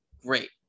great